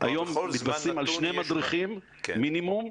היום מתבססים על שני מדריכים מינימום,